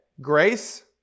grace